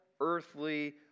earthly